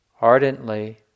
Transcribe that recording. Ardently